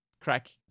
crack